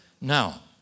now